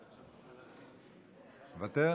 מוותר,